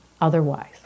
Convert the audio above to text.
otherwise